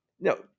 no